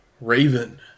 Raven